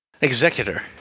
Executor